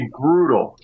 brutal